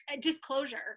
Disclosure